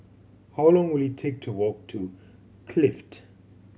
how long will it take to walk to Clift